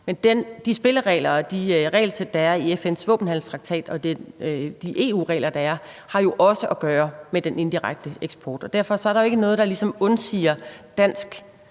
Men de spilleregler og de regelsæt, der er i FN's våbenhandelstraktat, og de EU-regler, der er, har jo også at gøre med den indirekte eksport, og derfor er der jo ikke noget, der ligesom undsiger, at